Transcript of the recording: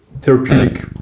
therapeutic